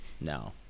No